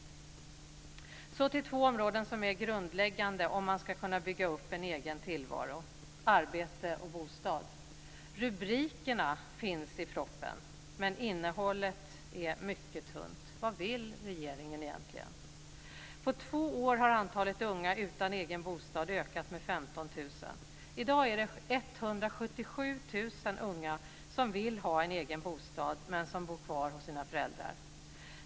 Så till två områden som är grundläggande om man ska kunna bygga upp en egen tillvaro - arbete och bostad. Rubrikerna finns i propositionen, men innehållet är mycket tunt. Vad vill regeringen egentligen? På två år har antalet unga utan egen bostad ökat med 15 000. I dag är det 177 000 unga som vill ha en egen bostad men som bor kvar hos sina föräldrar.